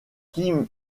kim